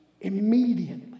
immediately